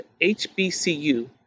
HBCU